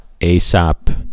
ASAP